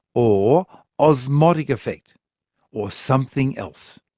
or osmotic effect or something else.